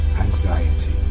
anxiety